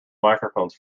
microphones